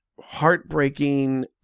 heartbreaking